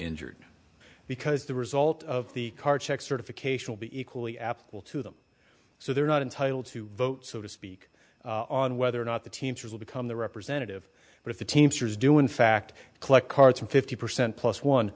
injured because the result of the card check certification will be equally applicable to them so they're not entitled to vote so to speak on whether or not the teamsters will become the representative but if the teamsters do in fact collect cards from fifty percent plus one